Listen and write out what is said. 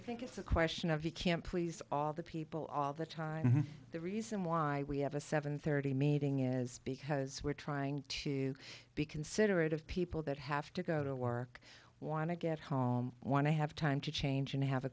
i think it's a question of you can't please all the people all the time the reason why we have a seven thirty meeting is because we're trying to be considerate of people that have to go to work want to get home want to have time to change and have a